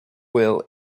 will